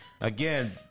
Again